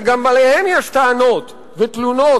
וגם עליהם יש טענות ותלונות,